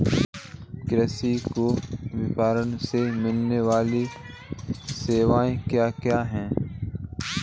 कृषि को विपणन से मिलने वाली सेवाएँ क्या क्या है